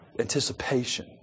Anticipation